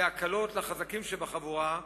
בהקלות לחזקים שבחבורה,